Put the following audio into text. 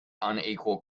unequal